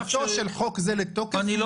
'כניסתו של חוק זה לתוקף מותנית --- אני לא מאפשר.